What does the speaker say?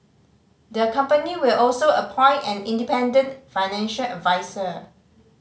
the company will also appoint an independent financial adviser